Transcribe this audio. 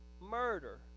murder